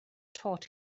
taught